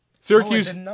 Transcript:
Syracuse